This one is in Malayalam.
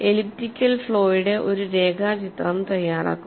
എലിപ്റ്റിക്കൽ ഫ്ലോയുടെ ഒരു രേഖാചിത്രം തയ്യാറാക്കുക